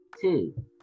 Two